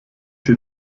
sie